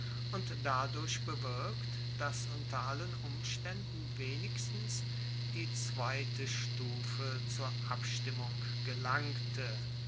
und dadurch bewirkt dass unter allen umstaenden wenigstens die zweite stufe zur abstimmung gelangte